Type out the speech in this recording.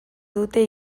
dute